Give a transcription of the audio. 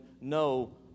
no